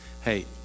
Hey